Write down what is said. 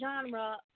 genre